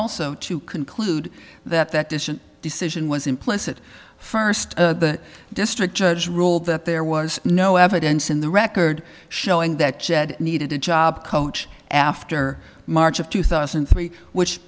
also to conclude that that decision decision was implicit first the district judge ruled that there was no evidence in the record showing that jed needed a job coach after march of two thousand and three which